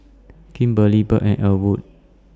Kimberlie Birt and Elwood